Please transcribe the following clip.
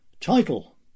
Title